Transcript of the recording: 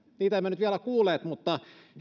niitä me emme nyt vielä kuulleet mutta